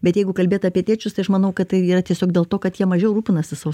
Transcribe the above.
bet jeigu kalbėt apie tėčius tai aš manau kad tai yra tiesiog dėl to kad jie mažiau rūpinasi savo